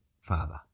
Father